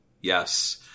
Yes